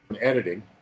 editing